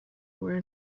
were